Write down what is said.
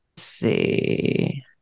See